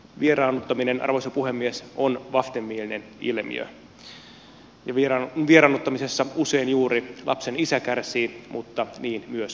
vieraannuttaminen arvoisa puhemies on vastenmielinen ilmiö ja vieraannuttamisessa usein juuri lapsen isä kärsii mutta niin myös lapsi